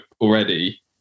already